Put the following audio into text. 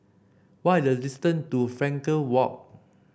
what is the distant to Frankel Walk